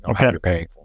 Okay